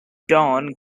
dawn